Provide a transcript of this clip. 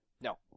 No